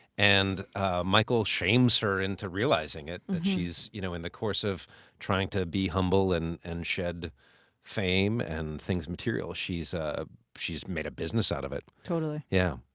and michael shames her into realizing it. she's, you know, in the course of trying to be humble and and shed fame and things material. she's ah she's made a business out of it. totally. yeah.